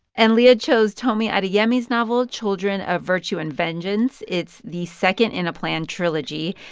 and leah chose tomi adeyemi's novel children of virtue and vengeance. it's the second in a planned trilogy.